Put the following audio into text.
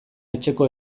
etxeko